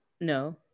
No